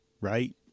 right